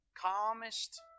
calmest